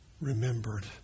remembered